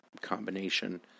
combination